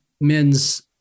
men's